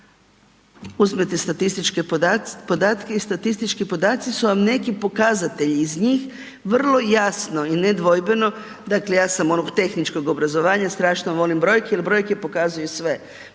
uzmete statističke podatke, statistički podaci su vam neki pokazatelji, iz njih vrlo jasno i nedvojbeno, dakle ja sam onog tehničkog obrazovanja, strašno volim brojke jer brojke pokazuju sve.